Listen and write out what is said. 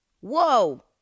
Whoa